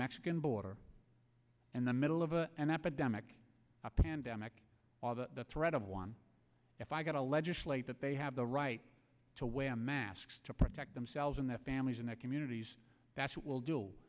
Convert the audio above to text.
mexican border in the middle of an epidemic a pandemic or the threat of one if i get to legislate that they have the right to wear masks to protect themselves and their families and their communities that's what will do